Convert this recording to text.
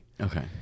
Okay